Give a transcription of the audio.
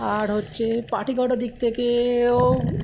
আর হচ্ছে পার্টিগট দিক থেকেও